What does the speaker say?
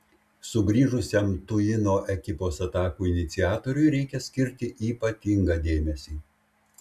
sugrįžusiam tuino ekipos atakų iniciatoriui reikia skirti ypatingą dėmesį